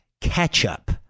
ketchup